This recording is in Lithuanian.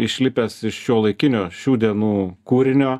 išlipęs iš šiuolaikinio šių dienų kūrinio